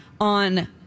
on